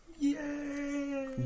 Yay